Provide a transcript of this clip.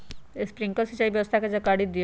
Sprinkler सिंचाई व्यवस्था के जाकारी दिऔ?